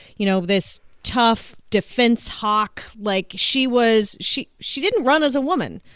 you know, this tough defense hawk. like, she was she she didn't run as a woman.